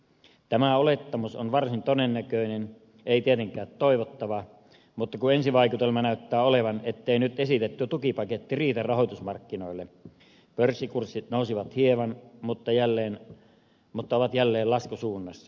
tämä olettamus on varsin todennäköinen ei tietenkään toivottava mutta kun ensivaikutelma näyttää olevan ettei nyt esitetty tukipaketti riitä rahoitusmarkkinoille pörssikurssit nousivat hieman mutta ovat jälleen laskusuunnassa